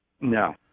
No